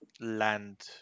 land